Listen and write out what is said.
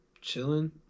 chilling